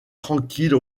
tranquille